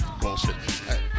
Bullshit